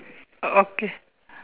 o~ okay